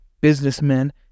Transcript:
businessmen